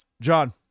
John